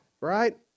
right